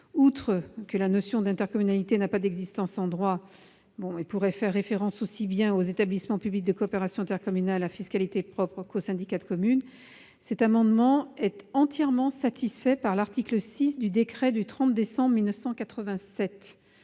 fait que la notion d'intercommunalité n'a pas d'existence en droit et qu'elle pourrait aussi bien faire référence aux établissements publics de coopération intercommunale à fiscalité propre qu'aux syndicats de communes, cet amendement est entièrement satisfait par l'article 6 du décret du 30 décembre 1987.